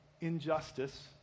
injustice